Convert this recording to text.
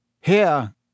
Here